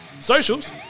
Socials